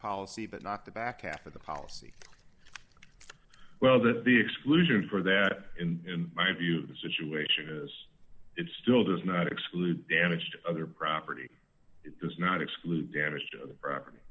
policy but not the back half of the policy well that's the exclusion for that in my view the situation is it still does not exclude other property it does not exclude damage to property